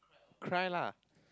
cry lah